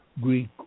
Greek